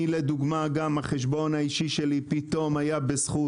אני למשל גם החשבון האישי שלי פתאום היה בזכות,